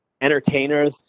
Entertainers